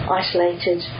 isolated